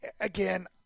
again